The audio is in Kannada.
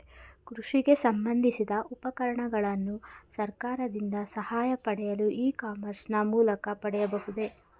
ಕೃಷಿ ಸಂಬಂದಿಸಿದ ಉಪಕರಣಗಳನ್ನು ಸರ್ಕಾರದಿಂದ ಸಹಾಯ ಪಡೆಯಲು ಇ ಕಾಮರ್ಸ್ ನ ಮೂಲಕ ಪಡೆಯಬಹುದೇ?